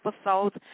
episodes